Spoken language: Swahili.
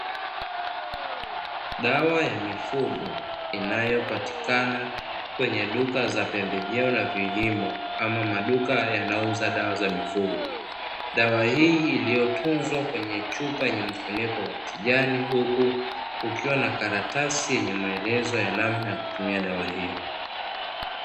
Dawa ya mifugo inayopatikana kwenye duka za pembejeo na vilimo ama maduka yanauza dawa za mifugo. Dawa hii iliyotunzwa kwenye chupa yenye mfuniko wa kijani, huku kukiwa na karatasi yenye maelezo ya namna ya kutumia dawa hiyo.